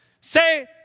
Say